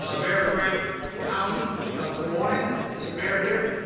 ah mayor frank cooney of des moines. is the mayor here?